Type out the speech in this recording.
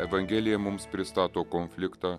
evangelija mums pristato konfliktą